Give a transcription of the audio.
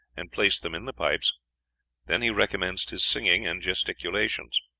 and placed them in the pipes then he recommenced his singing and gesticulations.